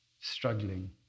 struggling